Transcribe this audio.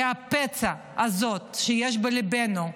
כי הפצע הזה שיש בליבנו,